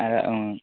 അത് ആ